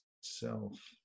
self